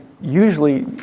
usually